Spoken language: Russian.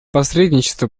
посредничество